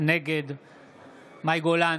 נגד מאי גולן,